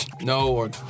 No